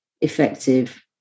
effective